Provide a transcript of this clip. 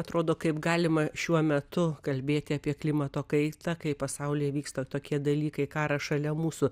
atrodo kaip galima šiuo metu kalbėti apie klimato kaitą kai pasaulyje vyksta tokie dalykai karas šalia mūsų